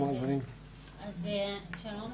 שלום.